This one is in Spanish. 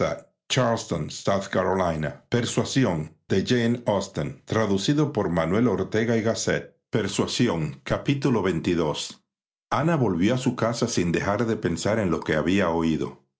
señora de smith había descubierto capitulo xxii ana volvió a su casa sin dejar de pensar en lo que había oído